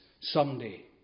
someday